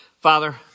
Father